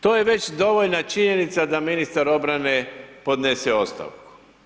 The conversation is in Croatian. To je već dovoljna činjenica da ministar obrane podnese ostavku.